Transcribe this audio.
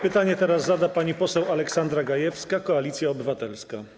Pytanie teraz zada pani poseł Aleksandra Gajewska, Koalicja Obywatelska.